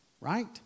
right